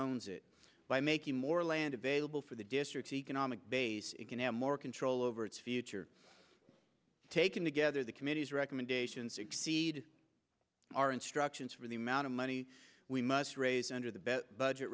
owns it by making more land available for the district economic base it can have more control over its future taken together the committee's recommendations exceed our instructions for the amount of money we must raise under the best budget